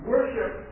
Worship